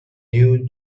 new